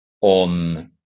on